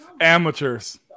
Amateurs